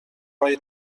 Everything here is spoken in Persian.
های